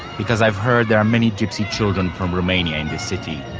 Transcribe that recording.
because i've heard there are many gypsy children from romania and city,